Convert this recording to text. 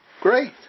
Great